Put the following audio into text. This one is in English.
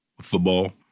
football